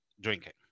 drinking